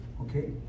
Okay